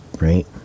right